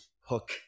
hook